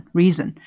reason